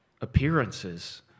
appearances